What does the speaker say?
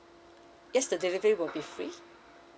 yes the delivery will be free